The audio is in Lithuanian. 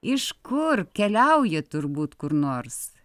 iš kur keliauji turbūt kur nors